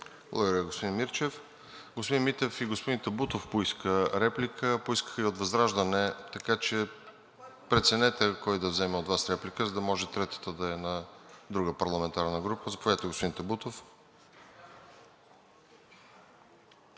Благодаря, господин Мирчев. Господин Митев и господин Табутов поискаха реплика. Поискаха и от ВЪЗРАЖДАНЕ, така че преценете кой да вземе от Вас реплика, за да може третата да е на друга парламентарна група. Заповядайте, господин Табутов.